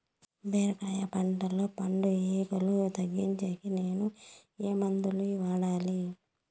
బీరకాయ పంటల్లో పండు ఈగలు తగ్గించేకి నేను ఏమి మందులు వాడాలా?